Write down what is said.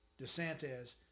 DeSantis